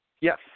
Yes